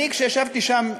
אני ישבתי שם,